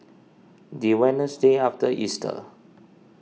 the Wednesday after Easter